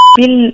bill